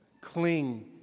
cling